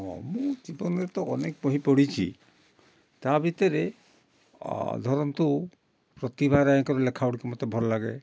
ହଁ ମୁଁ ଜୀବନରେ ତ ଅନେକ ବହି ପଢ଼ିଛି ତା ଭିତରେ ଧରନ୍ତୁ ପ୍ରତିଭା ରାୟଙ୍କର ଲେଖା ଗୁଡ଼ିକ ମୋତେ ଭଲ ଲାଗେ